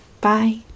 bye